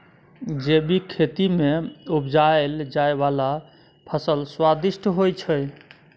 जैबिक खेती मे उपजाएल जाइ बला फसल स्वादिष्ट होइ छै